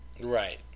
Right